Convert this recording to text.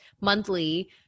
monthly